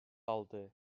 aldı